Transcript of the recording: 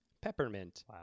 peppermint